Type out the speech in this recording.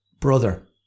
brother